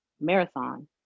Marathon